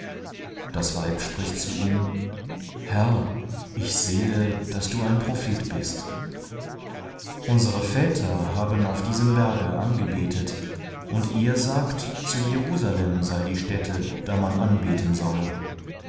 das weib spricht zu ihm herr ich sehe daß du ein prophet bist unsere väter haben auf diesem berge angebetet und ihr sagt zu jerusalem sei die stätte da man anbeten solle